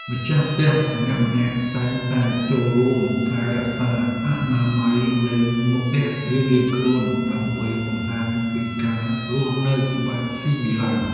ម្ចាស់ផ្ទះម្នាក់ៗតែងតែចូលរួមថែរក្សាអនាម័យនៅមុខផ្ទះរៀងៗខ្លួនដើម្បីបង្ហាញពីការរស់នៅបែបស៊ីវិល័យ។